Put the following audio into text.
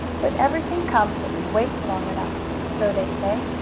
but everything comes if you wait long enough, so they say,